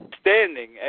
standing